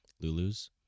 Lulu's